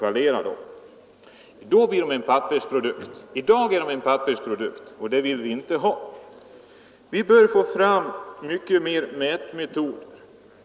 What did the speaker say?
I dag är de en pappersprodukt, och någonting sådant vill vi inte ha. Vi bör få fram flera och bättre mätmetoder.